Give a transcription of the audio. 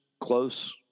close